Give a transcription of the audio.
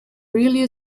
really